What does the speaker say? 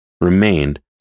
remained